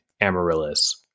Amaryllis